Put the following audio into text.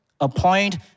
Appoint